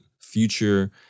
future